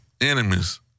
enemies